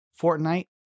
Fortnite